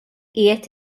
qiegħed